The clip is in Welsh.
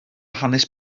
hanes